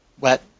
Wet